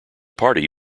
party